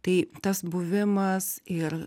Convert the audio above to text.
tai tas buvimas ir